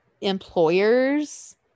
employers